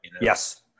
Yes